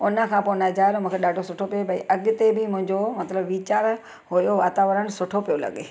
हुन खां पोइ नज़ारो मूंखे ॾाढो सुठो पियो भई अॻिते बि मुंहिंजो मतलबु वीचारु हुओ वातावरणु सुठो पियो लॻे